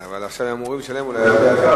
אבל עכשיו הם אמורים אולי לשלם יותר יקר.